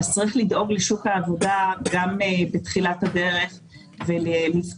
שצריך לדאוג לשוק העבודה גם בתחילת הדרך ולבדוק,